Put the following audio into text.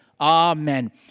Amen